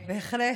בהחלט,